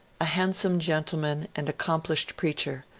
a handsome gentleman and accomplished preacher,